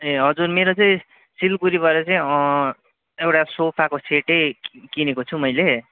ए हजुर मेरो चाहिँ सिलगडीबाट चाहिँ एउटा सोफाको सेटै किनेको छु मैले